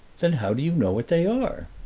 then how do you know what they are?